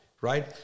right